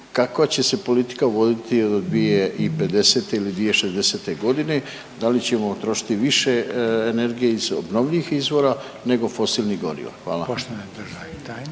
kakva će se politika voditi do 2050. ili 2060. godine, da li ćemo trošiti više energije iz obnovljivih izvora nego fosilnih goriva? Hvala. **Reiner,